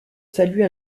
salut